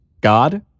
God